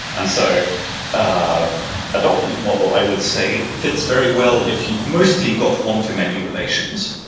and so ah a document model, i would say, fits very well if you've mostly got one to many relationships.